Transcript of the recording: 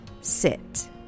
sit